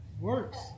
Works